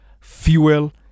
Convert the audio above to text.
fuel